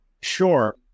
Sure